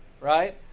right